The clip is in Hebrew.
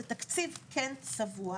צבוע